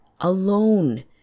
alone